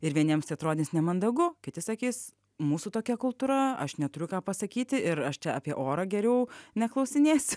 ir vieniems tai atrodys nemandagu kiti sakys mūsų tokia kultūra aš neturiu ką pasakyti ir aš čia apie orą geriau neklausinėsiu